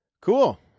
Cool